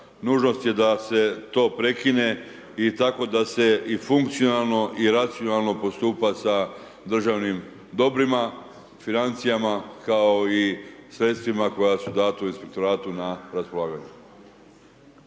nužnost je da se to prekine i tako da se i funkcionalno i racionalno postupa sa državnim dobrima, financijama kao i sredstvima koja su dana inspektoratu na raspolaganje.